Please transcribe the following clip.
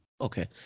Okay